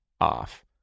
off